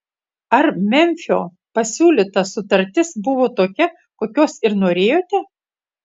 ar memfio pasiūlyta sutartis buvo tokia kokios ir norėjote